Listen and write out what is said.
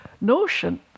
notion